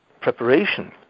preparation